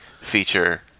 feature